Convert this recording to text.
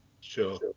sure